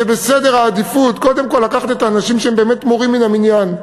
בסדר העדיפות קודם כול לקחת את האנשים שהם באמת מורים מן המניין,